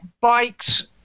bikes